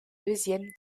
deuxième